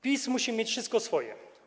PiS musi mieć wszystko swoje.